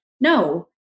no